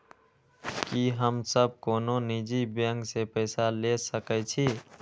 की हम सब कोनो निजी बैंक से पैसा ले सके छी?